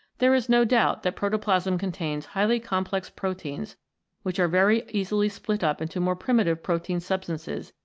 there is no doubt that proto plasm contains highly complex proteins which are very easily split up into more primitive protein substances,